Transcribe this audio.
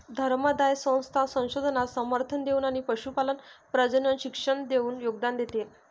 धर्मादाय संस्था संशोधनास समर्थन देऊन आणि पशुपालन प्रजनन शिक्षण देऊन योगदान देते